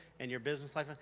and your business life?